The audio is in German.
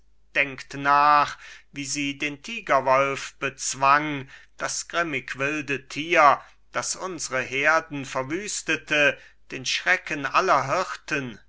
denkt nach wie sie den tigerwolf bezwang das grimmig wilde tier das unsre herden verwüstete den schrecken aller hirten